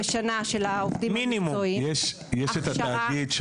יש את התאגיד,